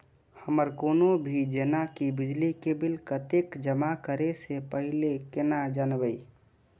हमर कोनो भी जेना की बिजली के बिल कतैक जमा करे से पहीले केना जानबै?